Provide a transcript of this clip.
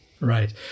Right